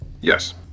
Yes